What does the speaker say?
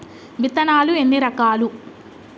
విత్తనాలు ఎన్ని రకాలు?